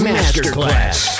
Masterclass